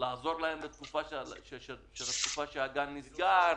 לעזור להם בתקופה שהגן נסגר,